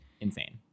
Insane